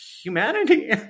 humanity